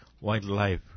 wildlife